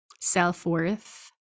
self-worth